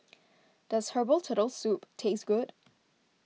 does Herbal Turtle Soup taste good